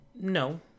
no